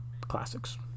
classics